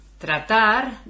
Tratar